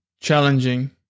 challenging